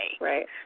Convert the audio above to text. Right